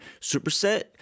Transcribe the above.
Superset